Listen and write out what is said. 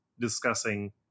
discussing